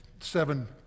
seven